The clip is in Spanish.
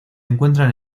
encuentran